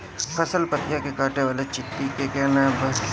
फसल पतियो के काटे वाले चिटि के का नाव बा?